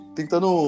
tentando